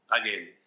Again